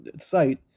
Site